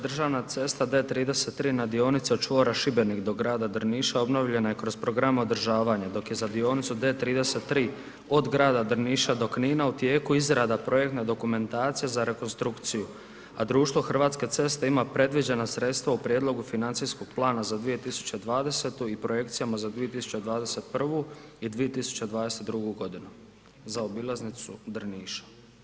Državna cesta D33 na dionici od čvora Šibenik do grada Drniša obnovljena je kroz program održavanja, dok je za dionicu D33 od grada Drniša do Knina u tijeku izrada projektne dokumentacije za rekonstrukciju, a društvo Hrvatske ceste ima predviđena sredstva u Prijedlogu financijskog plana za 2020. i projekcijama za 2021. i 2022. g. za obilaznicu Drniša.